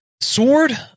sword